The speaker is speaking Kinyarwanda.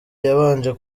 yabanje